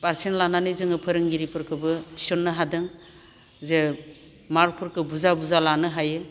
percent लानानै जोङो फोरोंगिरिफोरखौबो थिसननो हादों जे मार्कफोरखौ बुरजा बुरजा लानो हायो